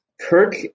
Kirk